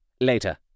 Later